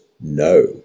No